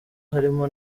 harimo